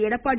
Edappadi